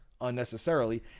unnecessarily